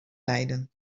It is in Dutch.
leiden